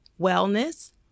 wellness